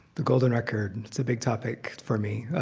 the golden record. and it's a big topic for me.